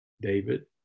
David